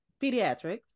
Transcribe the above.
pediatrics